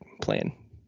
playing